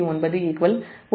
99 0